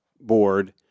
Board